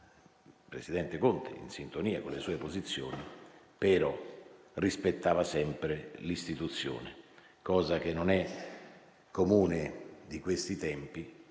il presidente Conte in sintonia con le sue posizioni, però rispettava sempre l'istituzione, cosa che non è comune di questi tempi,